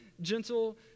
gentle